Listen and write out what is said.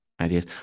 ideas